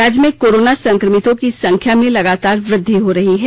राज्य में कोरोना संक्रमितों की संख्या में लगातार वृद्धि हो रही है